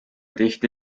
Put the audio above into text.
tihti